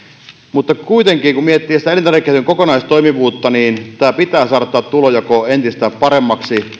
mutta kuitenkin kun miettii elintarvikeketjun kokonaistoimivuutta tulonjako pitää saada entistä paremmaksi